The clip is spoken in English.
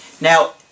Now